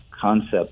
concept